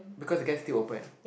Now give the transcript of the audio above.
because the gas still open